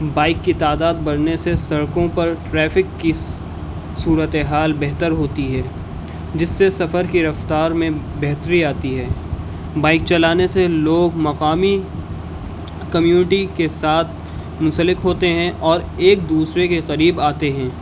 bike کی تعداد برھنے سے سڑکوں پر ٹریفک کی صورتِ حال بہتر ہوتی ہے جس سے سفر کی رفتار میں بہتری آتی ہے بائک چلانے سے لوگ مقامی کمیونٹی کے ساتھ منسلک ہوتے ہیں اور ایک دوسرے کے قریب آتے ہیں